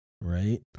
Right